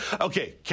Okay